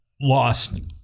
lost